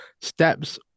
steps